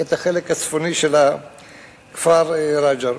את החלק הצפוני של הכפר רג'ר.